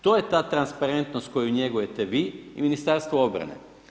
To je ta transparentnost koju njegujete vi i Ministarstvo obrane.